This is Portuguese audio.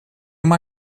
uma